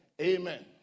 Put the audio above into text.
Amen